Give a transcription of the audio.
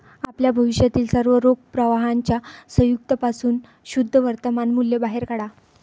आपल्या भविष्यातील सर्व रोख प्रवाहांच्या संयुक्त पासून शुद्ध वर्तमान मूल्य बाहेर काढा